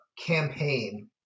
campaign